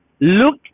Look